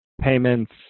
payments